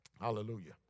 hallelujah